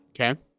Okay